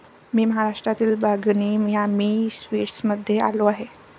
मी महाराष्ट्रातील बागनी यामी स्वीट्समध्ये आलो आहे